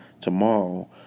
tomorrow